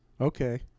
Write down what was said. Okay